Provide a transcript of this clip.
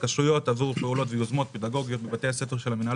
התקשרויות עבור פעולות ויוזמות פדגוגיות בבתי הספר של המינהל